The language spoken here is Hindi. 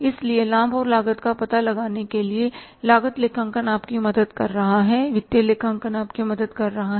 इसलिए लाभ और लागत का पता लगाने के लिए लागत लेखांकन आपकी मदद कर रहा है वित्तीय लेखांकन आपकी मदद कर रहा है